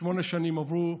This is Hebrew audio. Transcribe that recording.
שמונה שנים עברו.